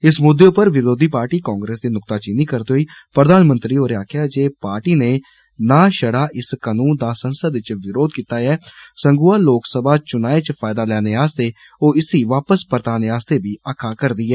इस मुद्दे पर विरोधी पार्टी कांग्रेस दी नुक्ताचीनी करदे होई प्रधानमंत्री होरें आक्खेआ जे पार्टी ने नां छड़ा इस कानून दा संसद च विरोध कीता ऐ सगुआं लोक सभा चुनाएं च फायदे लैने आस्तै ओह् इस्सी वापस परताने आस्तै बी आक्खा दी ऐ